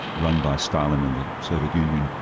run by stalin in the soviet union,